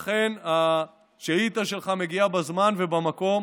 לכן, השאילתה שלך מגיעה בזמן ובמקום,